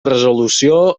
resolució